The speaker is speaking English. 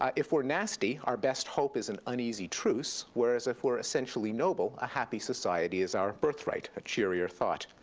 ah if we're nasty, our best hope is an uneasy truce, whereas if we're essentially noble, a happy society is our birthright, a cheerier thought.